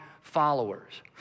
followers